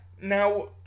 Now